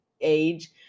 age